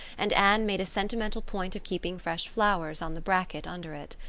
and anne made a sentimental point of keeping fresh flowers on the bracket under it.